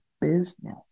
business